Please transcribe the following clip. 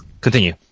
continue